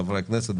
חברי הכנסת,